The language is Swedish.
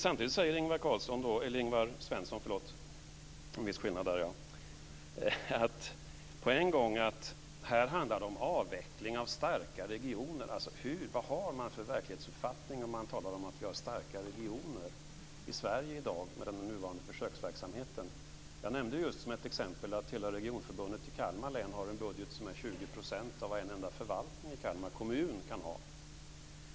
Samtidigt säger Ingvar Carlsson - Ingvar Svensson, förlåt, det är en viss skillnad - på en gång att det här handlar om avveckling av starka regioner. Vad har man för verklighetsuppfattning när man talar om att vi med den nuvarande försöksverksamheten har starka regioner i Sverige i dag? Jag nämnde som ett exempel att hela regionförbundet i Kalmar län har en budget som är 20 % av vad en enda förvaltning i Kalmar kommun kan ha.